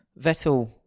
Vettel